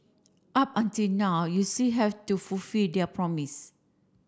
up until now you still have to fulfilled their promise